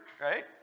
right